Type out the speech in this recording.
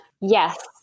yes